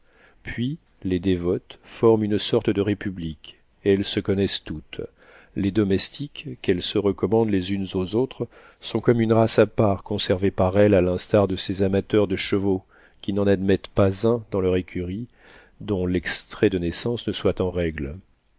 puis les dévotes forment une sorte de république elles se connaissent toutes les domestiques qu'elles se recommandent les unes aux autres sont comme une race à part conservée par elles à l'instar de ces amateurs de chevaux qui n'en admettent pas un dans leurs écuries dont l'extrait de naissance ne soit en règle